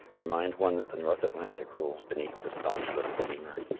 remind one that the north atlantic rolls beneath the staunch little steamer.